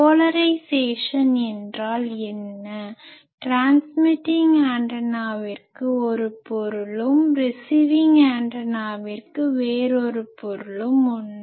polarisation என்றால் transmitting ஆண்டனாவிற்கு ஒரு பொருளும் ரிசிவிங் ஆண்டனாவிற்கு வேறொரு பொருளும் உண்டு